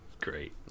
Great